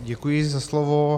Děkuji za slovo.